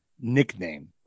nickname